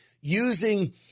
using